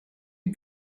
you